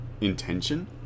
intention